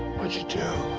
what'd you do?